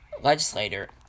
legislator